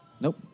Nope